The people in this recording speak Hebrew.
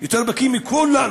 יותר בקי מכולנו,